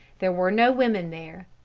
there were no women there.